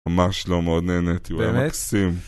ממש לא, מאוד נהניתי, הוא היה מקסים.